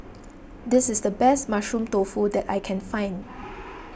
this is the best Mushroom Tofu that I can find